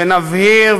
ונבהיר,